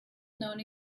known